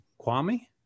Kwame